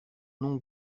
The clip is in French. non